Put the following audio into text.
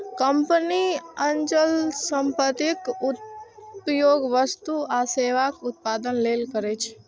company अचल संपत्तिक उपयोग वस्तु आ सेवाक उत्पादन लेल करै छै